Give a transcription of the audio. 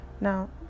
Now